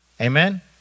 Amen